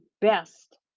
best